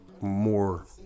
more